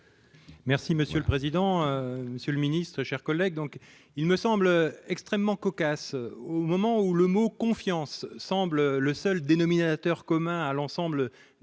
Merci monsieur le président, Monsieur le ministre, chers collègues, donc il me semble extrêmement cocasse au moment où le mot confiance semble le seul dénominateur commun à l'ensemble de des